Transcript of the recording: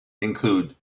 include